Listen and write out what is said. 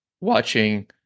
watching